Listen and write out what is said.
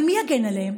אבל מי יגן עליה?